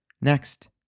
Next